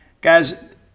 Guys